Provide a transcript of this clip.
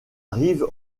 rive